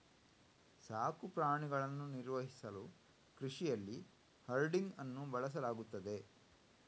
ಸಾಕು ಪ್ರಾಣಿಗಳನ್ನು ನಿರ್ವಹಿಸಲು ಕೃಷಿಯಲ್ಲಿ ಹರ್ಡಿಂಗ್ ಅನ್ನು ಬಳಸಲಾಗುತ್ತದೆ